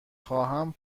خواهم